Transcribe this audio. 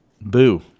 boo